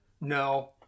no